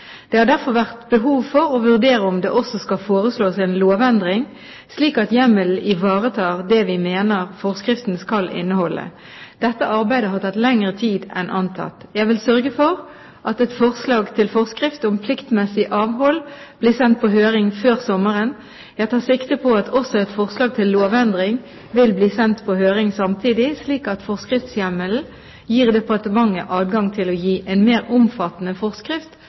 Det har derfor vært behov for å vurdere om det også skal foreslås en lovendring, slik at hjemmelen ivaretar det vi mener forskriften skal inneholde. Dette arbeidet har tatt lengre tid enn antatt. Jeg vil sørge for at et forslag til forskrift om pliktmessig avhold blir sendt på høring før sommeren. Jeg tar sikte på at også et forslag til lovendring vil bli sendt på høring samtidig, slik at forskriftshjemmelen gir departementet adgang til å gi en mer omfattende forskrift